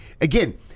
again